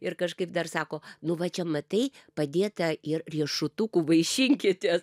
ir kažkaip dar sako nu va čia matai padėta ir riešutukų vaišinkitės